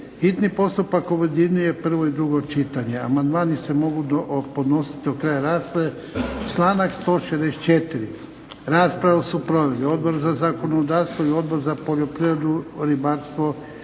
hitni postupak objedinjuje prvo i drugo čitanje. Amandmani se mogu podnositi do kraja rasprave, članak 164. Raspravu su proveli Odbor za zakonodavstvo i Odbor za poljoprivredu, ribarstvo